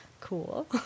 cool